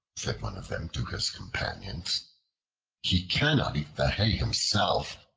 said one of them to his companions he cannot eat the hay himself,